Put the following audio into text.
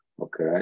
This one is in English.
Okay